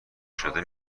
شده